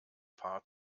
paar